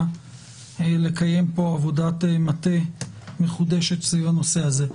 לקיים פה עבודת מטה מחודשת סביב הנושא הזה.